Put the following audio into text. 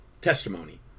testimony